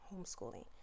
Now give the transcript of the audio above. homeschooling